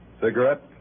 Cigarette